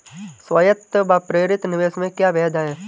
स्वायत्त व प्रेरित निवेश में क्या भेद है?